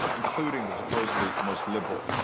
ah including the supposedly most liberal.